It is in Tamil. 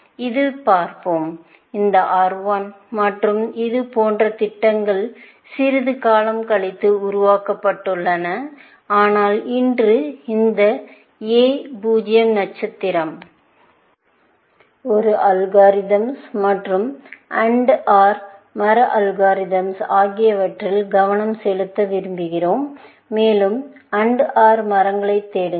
இதைப் பார்ப்போம் இந்த R 1 மற்றும் இது போன்ற திட்டங்கள் சிறிது காலம் கழித்து உருவாக்கப்பட்டுள்ளன ஆனால் இன்று இந்த A 0 நட்சத்திரம் ஒரு அல்காரிதம்ஸ் மற்றும் AND OR மர அல்காரிதம்ஸ் ஆகியவற்றில் கவனம் செலுத்த விரும்புகிறோம் மேலும் AND OR மரங்களைத் தேடுங்கள்